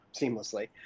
seamlessly